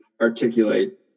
articulate